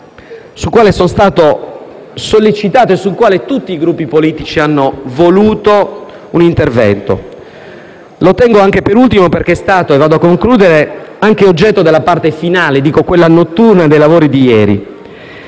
sul quale sono stato sollecitato e sul quale tutti i Gruppi politici hanno voluto un intervento. Lo tengo per ultimo perché è stato anche oggetto della parte finale, quella notturna, dei lavori di ieri.